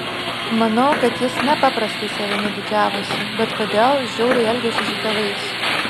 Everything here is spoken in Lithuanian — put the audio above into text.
manau kad jis nepaprastai savimi didžiavosi bet kodėl žiauriai elgėsi su tėvais